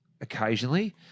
occasionally